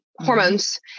hormones